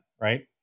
right